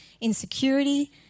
insecurity